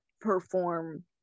perform